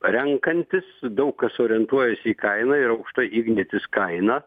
renkantis daug kas orientuojasi į kainą ir aukšta ignitis kaina